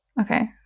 Okay